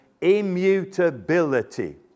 immutability